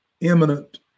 imminent